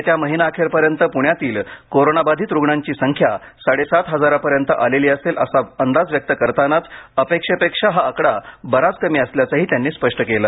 येत्या महिनाखेरपर्यंत प्ण्यातील कोरोना बाधित रुग्णांची संख्या साडेसात हजारापर्यंत आलेली असेल असा अंदाज व्यक्त करतानाच अपेक्षेपेक्षा हा आकडा बराच कमी असल्याचंही त्यांनी स्पष्ट केलं